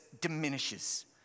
diminishes